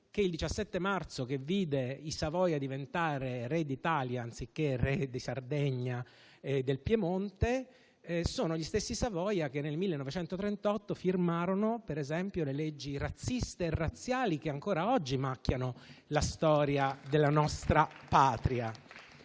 che il 17 marzo diventarono Re d'Italia, anziché Re di Sardegna e del Piemonte, sono gli stessi che, nel 1938, firmarono le leggi razziste e razziali che ancora oggi macchiano la storia della nostra Patria.